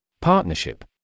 Partnership